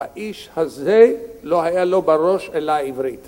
האיש הזה לא היה לו בראש אלא העברית.